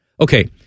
Okay